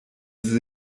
sie